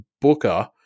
booker